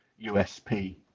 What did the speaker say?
USP